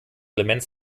element